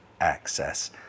access